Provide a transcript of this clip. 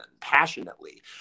passionately